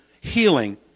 healing